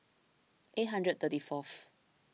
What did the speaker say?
eight hundred thirty fourth